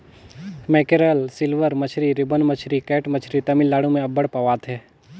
mackerel, silver मछरी, ribbon मछरी, cat मछरी तमिलनाडु में अब्बड़ पवाथे